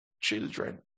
children